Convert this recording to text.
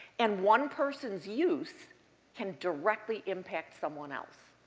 and one person's use can directly impact someone else.